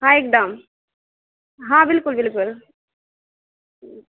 हँ एकदम हँ बिल्कुल बिल्कुल